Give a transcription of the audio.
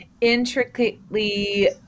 intricately